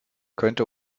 könnte